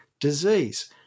disease